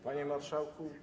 Panie Marszałku!